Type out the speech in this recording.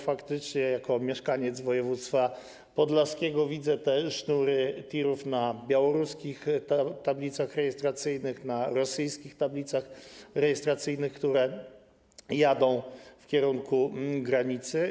Faktycznie jako mieszkaniec województwa podlaskiego widzę te sznury tirów na białoruskich tablicach rejestracyjnych, na rosyjskich tablicach rejestracyjnych, które jadą w kierunku granicy.